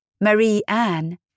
Marie-Anne